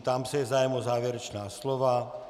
Ptám se, je zájem o závěrečná slova.